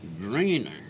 greener